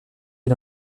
est